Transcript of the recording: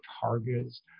targets